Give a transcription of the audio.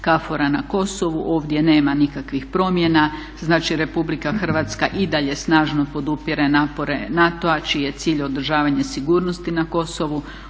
KFOR-a na Kosovu. Ovdje nema nikakvih promjena, znači Republika Hrvatska i dalje snažno podupire napore NATO-a čiji je cilj održavanje sigurnosti na Kosovu.